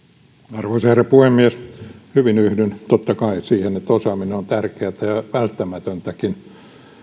arvoisa herra puhemies hyvin yhdyn totta kai siihen että osaaminen on on tärkeätä ja välttämätöntäkin